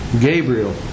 Gabriel